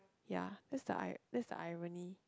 ya that is ir~ that's the irony